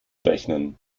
rechnen